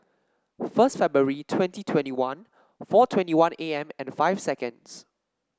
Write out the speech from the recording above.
first February twenty twenty one four twenty one A M and five seconds